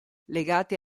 legate